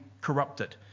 corrupted